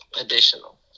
Additional